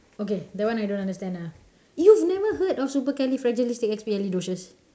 okay that one I don't understand ah you've never heard of supercalifragilisticexpialidocious